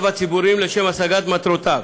הציבוריים לשם השגת מטרותיו.